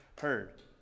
heard